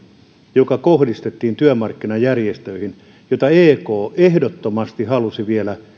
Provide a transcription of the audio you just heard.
joka kohdistettiin työmarkkinajärjestöihin ja ek ehdottomasti halusi vielä